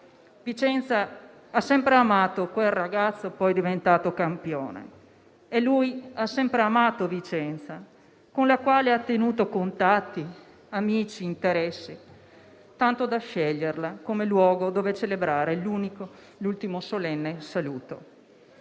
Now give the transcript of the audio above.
Vicenza ha sempre amato quel ragazzo, poi diventato campione e lui ha sempre amato Vicenza e qui ha tenuto contatti, amici e interessi, tanto da sceglierla come luogo dove celebrare l'ultimo solenne saluto.